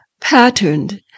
Patterned